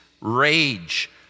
rage